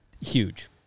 huge